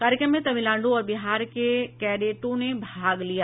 कार्यक्रम में तमिलनाडु और बिहार के कैडेटों ने भाग लिया